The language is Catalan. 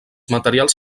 materials